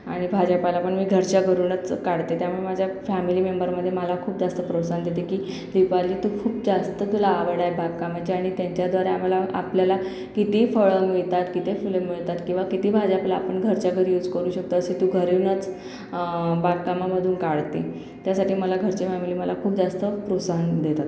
आणि भाजीपाला पण मी घरच्या घरूनच काढते त्यामुळे माझ्या फॅमिली मेंबरमध्ये मला खूप जास्त प्रोत्साहन देते की दीपाली तू खूप जास्त तुला आवड आहे बागकामाची आणि त्यांच्याव्दारे आम्हाला आपल्याला किती फळं मिळतात किती फुलं मिळतात किंवा किती भाजीपाला आपण घरच्या घरी यूज करू शकतो असे तू घरूनच तू बागकामामधून काढते त्यासाठी मला घरचे फॅमिली खूप जास्त प्रोत्साहन देतात